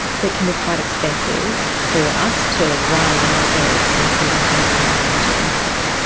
that can be quite expensive for us to run and also expensive in terms of environmental impact.